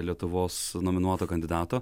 lietuvos nominuoto kandidato